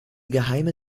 geheime